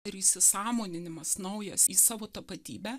ir įsisąmoninimas naujas į savo tapatybę